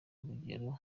urugero